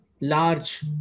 large